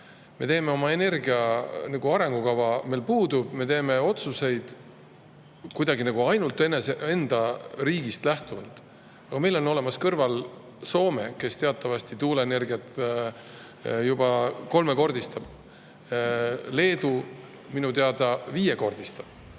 naabritega. Energia arengukava meil puudub, me teeme otsuseid ainult enda riigist lähtuvalt. Aga meil on kõrval Soome, kes teatavasti tuuleenergiat juba kolmekordistab, Leedu minu teada viiekordistab,